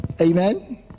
amen